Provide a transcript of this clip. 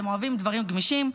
אתם אוהבים דברים גמישים,